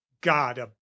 god